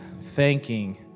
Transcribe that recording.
thanking